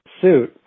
suit